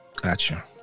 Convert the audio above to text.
Gotcha